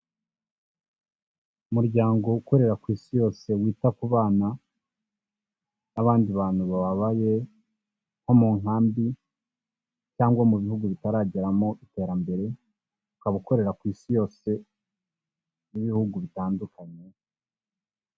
Umuryango ukorera ku isi yose wita ku bana n'abandi bantu bababaye nko mu nkambi cyangwa mu bihugu bitarageramo iterambere, ukaba ukorera ku isi yose n'ibihugu bitandukanye.